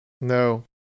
no